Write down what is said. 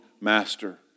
master